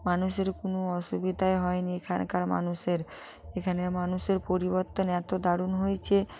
মানুষের কোনো অসুবিধাই হয়নি এখানকার মানুষের এখানের মানুষের পরিবর্তন এত দারুণ হয়েছে